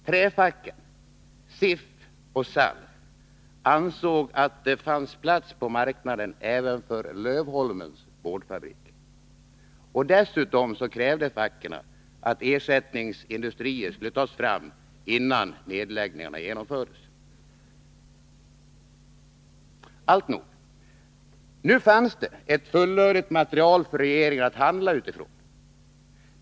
Träfacken, SIF och SALF ansåg att det fanns plats på marknaden även för Lövholmens boardfabrik. Dessutom krävde facken att ersättningsindustrier skulle tas fram innan nedläggningarna genomfördes. Alltnog, nu fanns det ett fullödigt material för regeringen att handla utifrån.